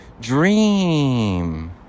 dream